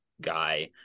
guy